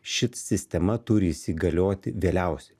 ši sistema turi įsigalioti vėliausiai